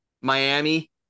Miami